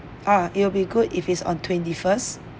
ah it will be good if it's on twenty first